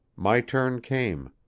my turn came.